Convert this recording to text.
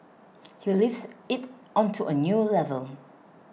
he lifts it onto a new level